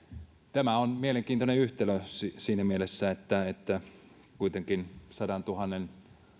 tämä on mielenkiintoinen yhtälö siinä mielessä että että kuitenkin sadantuhannen